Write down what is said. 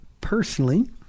personally